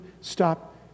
stop